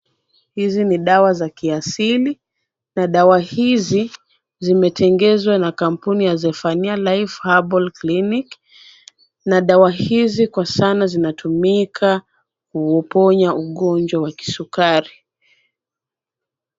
Hizi ni dawa za kiasili na dawa hizi zimetengenezwa na kampuni ya Zephaniah life herbal clinic na dawa hizi kwa sana zinatumika kuponya ugonjwa wa kisukari.